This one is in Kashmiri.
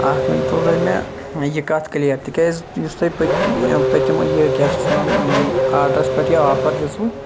اَکھ ؤنتو تُہۍ مےٚ یہِ کَتھ کلیر تکیاز یُس تۄہہِ پٔتِم یہِ کیاہ چھِ اَتھ وَنان آڈرَس پیٹھ یا آفَر دِژوٕ